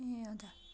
ए हजुर